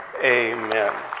amen